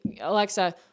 Alexa